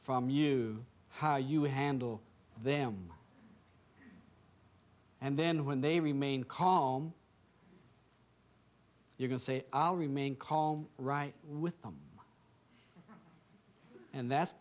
from you how you handle them and then when they remain calm you can say i'll remain call right with them and that's